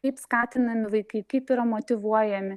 kaip skatinami vaikai kaip yra motyvuojami